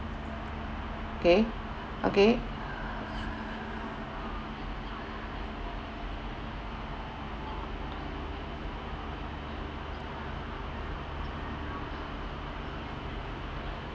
okay okay